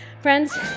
Friends